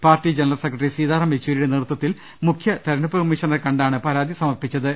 party general secretary Sitaram യെച്ചൂരിയുടെ നേതൃത്വത്തിൽ മുഖ്യതെരഞ്ഞെടുപ്പ് കമ്മീഷണറെ കണ്ടാണ് പരാതി സമർപ്പിച്ചത്